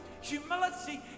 Humility